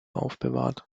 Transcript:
aufbewahrt